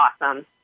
awesome